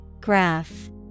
Graph